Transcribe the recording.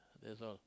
that's all